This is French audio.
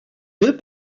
deux